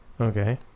Okay